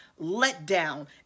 letdown